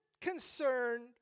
concerned